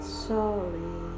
sorry